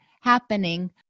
happening